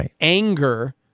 anger